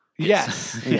Yes